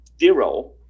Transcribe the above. zero